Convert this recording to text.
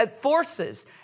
forces